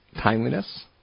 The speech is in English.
timeliness